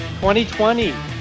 2020